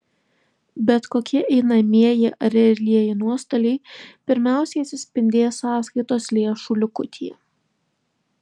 bet kokie einamieji ar realieji nuostoliai pirmiausiai atsispindės sąskaitos lėšų likutyje